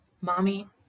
mommy